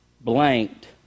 blanked